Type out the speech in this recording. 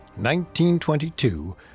1922